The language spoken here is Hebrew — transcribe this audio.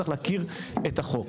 צריך להכיר את החוק.